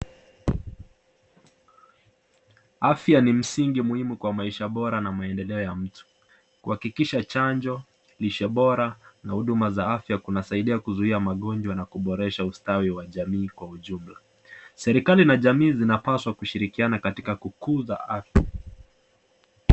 Afya ni msingi muhimu kwa maisha bora na maendeleo ya mtu . Kuhakikisha chanjo, lishe bora na huduma za afya kunasaidia kuzuia magonjwa na kuboresha ustawi wa jamii kwa ujumla. Serikali na jamii zinapaswa kushirikiana katika kukuza afya.